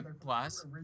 Plus